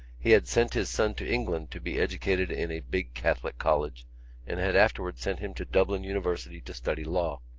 he had sent his son to england to be educated in a big catholic college and had afterwards sent him to dublin university to study law.